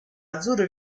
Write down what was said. azzurro